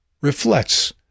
reflects